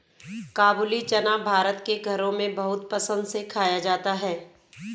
काबूली चना भारत के घरों में बहुत पसंद से खाया जाता है